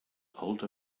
older